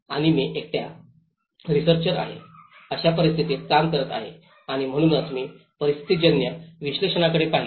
आणि मी एकट्या रिसर्चर आहे अशा परिस्थितीत काम करत आहे आणि म्हणूनच मी परिस्थितीजन्य विश्लेषणाकडे पाहिले